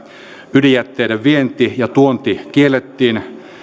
ydinjätteiden vienti ja tuonti kiellettiin